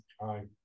Aye